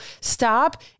stop